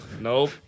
Nope